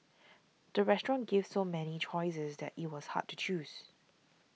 the restaurant gave so many choices that it was hard to choose